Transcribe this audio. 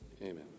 Amen